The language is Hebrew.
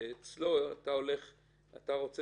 שאתה רוצה